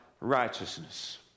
righteousness